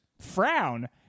frown